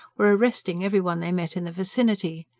were arresting every one they met in the vicinity.